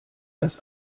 das